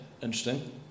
interesting